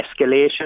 escalation